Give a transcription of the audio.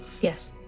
Yes